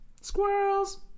squirrels